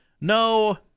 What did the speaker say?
No